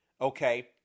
okay